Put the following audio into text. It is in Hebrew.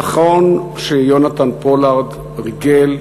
נכון שיונתן פולארד ריגל,